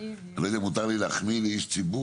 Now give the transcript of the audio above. אני לא יודע אם מותר לי להחמיא לאיש ציבור